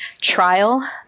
Trial